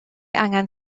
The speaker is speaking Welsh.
angen